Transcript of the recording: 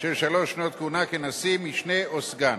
של שלוש שנות כהונה כנשיא משנה או סגן.